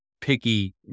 picky